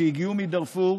שהגיעו מדארפור,